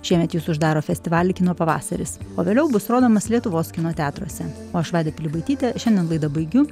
šiemet jis uždaro festivalį kino pavasaris o vėliau bus rodomas lietuvos kino teatruose o aš vaida pilibaitytė šiandien laidą baigiu